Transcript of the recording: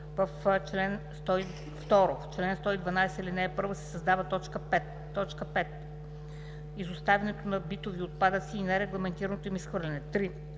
В чл. 112, ал. 1 се създава т.5: „5. изоставянето на битови отпадъци и нерегламентираното им изхвърляне.“ 3.